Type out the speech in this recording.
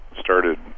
started